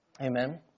Amen